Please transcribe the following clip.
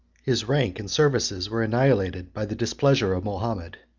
his rank and services were annihilated by the displeasure of mahomet.